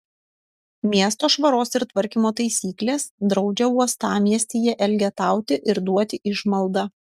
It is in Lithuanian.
miesto švaros ir tvarkymo taisyklės draudžia uostamiestyje elgetauti ir duoti išmaldą